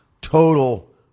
total